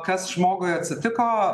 kas žmogui atsitiko